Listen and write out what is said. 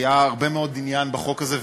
היה הרבה מאוד עניין בחוק הזה,